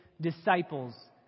disciples